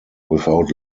without